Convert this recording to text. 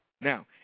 Now